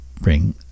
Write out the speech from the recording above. bring